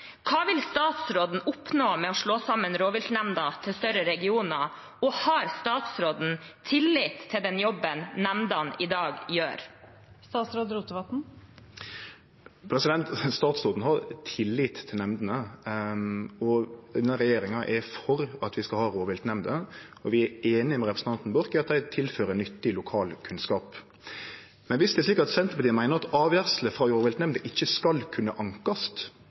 Hva vil statsråden oppnå med å slå sammen rovviltnemndene til større regioner, og har statsråden tillit til den jobben som nemndene gjør i dag? Statsråden har tillit til nemndene. Denne regjeringa er for at vi skal ha rovviltnemnder, og vi er einig med representanten Borch i at dei tilfører nyttig lokal kunnskap. Men viss det er slik at Senterpartiet meiner at avgjerdene frå rovviltnemndene ikkje skal kunne